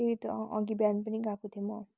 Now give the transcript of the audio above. त्यही त अघि बिहान पनि गएको थिएँ म